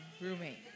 roommate